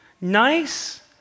Nice